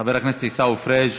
חבר הכנסת עיסאווי פריג'